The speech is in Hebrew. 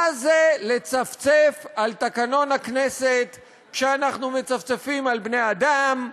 מה זה לצפצף על תקנון הכנסת כשאנחנו מצפצפים על בני-אדם,